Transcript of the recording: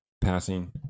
Passing